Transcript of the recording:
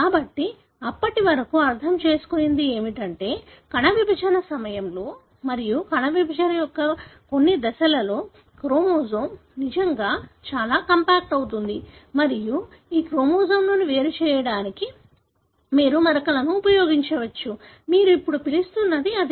కాబట్టి అప్పటి వరకు అర్థం చేసుకున్నది ఏమిటంటే కణ విభజన సమయంలో మరియు కణ విభజన యొక్క కొన్ని దశలలో క్రోమోజోమ్ నిజంగా చాలా కాంపాక్ట్ అవుతుంది మరియు ఈ క్రోమోజోమ్లను వేరు చేయడానికి మీరు మరకలను ఉపయోగించవచ్చు మీరు ఇప్పుడు పిలుస్తున్నది అదే